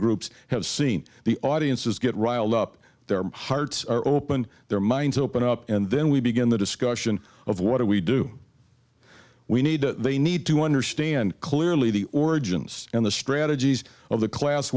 groups have seen the audiences get riled up their hearts are open their minds open up and then we begin the discussion of what do we do we need to they need to understand clearly the origins and the strategies of the class